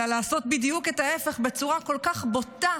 אלא לעשות בדיוק את ההפך, בצורה כל כך בוטה